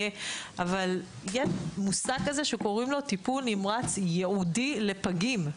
יש מושג כזה שקוראים לו טיפול נמרץ ייעודי לפגים.